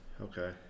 Okay